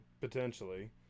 potentially